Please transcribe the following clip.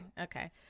okay